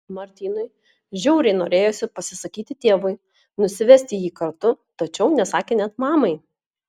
martynui žiauriai norėjosi pasisakyti tėvui nusivesti jį kartu tačiau nesakė net mamai